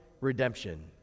redemption